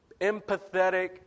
empathetic